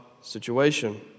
situation